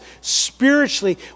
spiritually